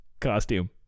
costume